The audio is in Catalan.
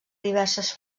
diverses